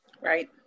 right